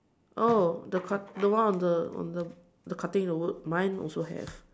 oh the cut the one on the on the the cutting the wood mine also have